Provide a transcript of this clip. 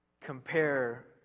compare